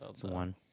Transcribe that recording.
one